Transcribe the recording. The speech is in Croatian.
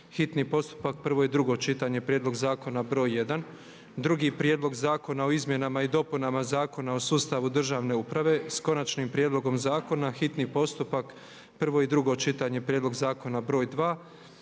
hitni postupak, prvo i drugo čitanje, P.Z. br. 1; - Prijedlog zakona o izmjenama i dopunama Zakona o sustavu državne uprave sa Konačnim prijedlogom Zakona, hitni postupak, prvo i drugo čitanje, P.Z. br. 2;